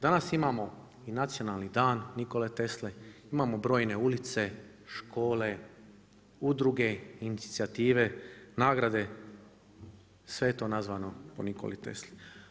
Danas imamo i nacionalni dan Nikole Tesle, imamo brojne ulice, škole, udruge, inicijative, nagrade, sve je to nazvano po Nikoli Tesli.